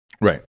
Right